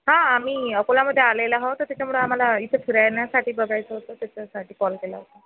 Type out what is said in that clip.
हां आम्ही अकोलामध्ये आलेले आहोत त्याचमुळं आम्हाला इथं फिरण्यासाठी बघायचं होतं त्याच्यासाठी कॉल केला होता